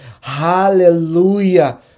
Hallelujah